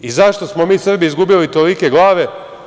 I zašto smo mi Srbi izgubili tolike glave?